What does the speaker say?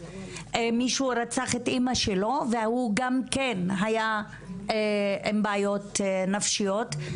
מישהו רצח את אמא שלו והוא גם כן היה עם בעיות נפשיות.